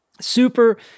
super